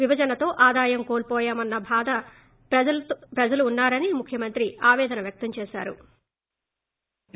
విభజనతో ఆదాయం కోల్పోయామన్స బాధతో ప్రజలు ఉన్నా రని ముఖ్యమంత్రి ఆపేదన వ్యక్తం చేశారు